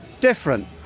different